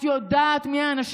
את יודעת מי האנשים.